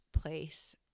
place